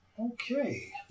Okay